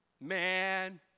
Man